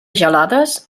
gelades